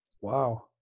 Wow